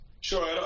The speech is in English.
Sure